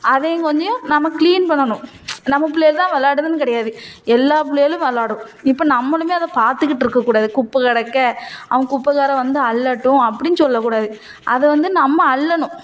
அதையும் கொஞ்சம் நம்ம க்ளீன் பண்ணணும் நம்ம புள்ளையல் தான் வெளாடுதுன்னு கிடையாது எல்லா பிள்ளையலும் வெளாடும் இப்போ நம்மளுமே அதை பார்த்துக்கிட்டு இருக்கக்கூடாது குப்பை கிடக்க அவன் குப்பைக்காரன் வந்து அள்ளட்டும் அப்படின்னு சொல்லக்கூடாது அதை வந்து நம்ம அள்ளணும்